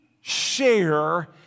share